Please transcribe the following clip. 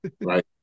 right